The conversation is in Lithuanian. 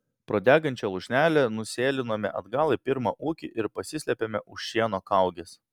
pro degančią lūšnelę nusėlinome atgal į pirmą ūkį ir pasislėpėme už šieno kaugės